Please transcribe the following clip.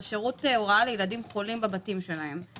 זה שירות הוראה לילדים חולים בבתים שלהם.